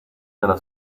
nella